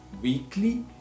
weekly